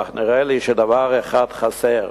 אך נראה לי שדבר אחד חסר,